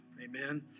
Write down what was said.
Amen